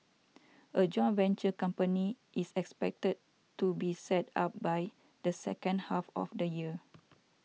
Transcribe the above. a joint venture company is expected to be set up by the second half of the year